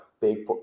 big